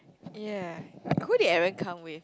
ya they couldn't even come wait